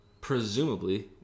presumably